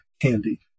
handy